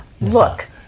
look